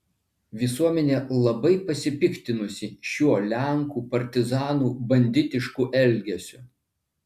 visuomenė labai pasipiktinusi šiuo lenkų partizanų banditišku elgesiu